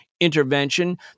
intervention